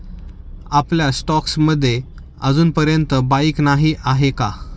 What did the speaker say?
आपल्या स्टॉक्स मध्ये अजूनपर्यंत बाईक नाही आहे का?